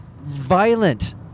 violent